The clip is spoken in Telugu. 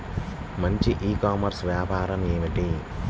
మంచి ఈ కామర్స్ వ్యాపారం ఏమిటీ?